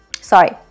sorry